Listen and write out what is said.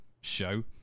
show